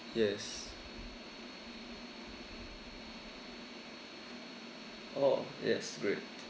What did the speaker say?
yes oh yes great